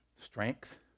Strength